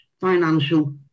financial